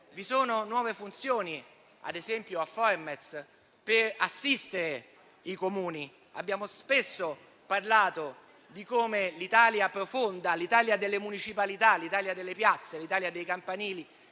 Vi sono nuove funzioni - penso ad esempio a Formez - per assistere i Comuni; abbiamo spesso parlato di come l'Italia profonda, l'Italia delle municipalità, l'Italia delle piazze, dell'Italia dei campanili,